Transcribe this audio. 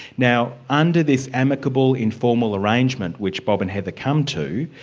now under this amicable, informal arrangement which bob and heather come to,